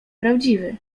prawdziwy